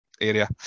area